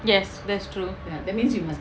yes that's true